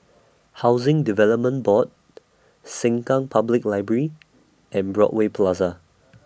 Housing Development Board Sengkang Public Library and Broadway Plaza